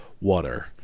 water